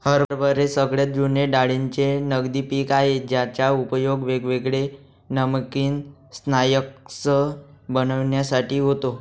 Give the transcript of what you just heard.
हरभरे सगळ्यात जुने डाळींचे नगदी पिक आहे ज्याचा उपयोग वेगवेगळे नमकीन स्नाय्क्स बनविण्यासाठी होतो